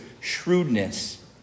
shrewdness